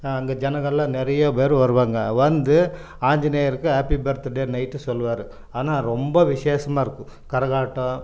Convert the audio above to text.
அங்கே ஜனங்கெல்லாம் நிறையா பேர் வருவாங்க வந்து ஆஞ்சநேயருக்கு ஹேப்பி பர்த்டே நைட்டு சொல்வாரு ஆனால் ரொம்ப விசேஷமாக இருக்கும் கரகாட்டம்